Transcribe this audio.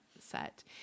set